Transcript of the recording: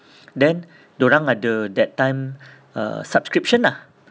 then dorang ada that time uh subscription ah